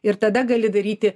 ir tada gali daryti